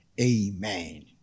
Amen